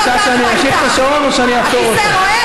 את רוצה שאמשיך את השעון או שאעצור אותו?